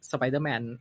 Spider-Man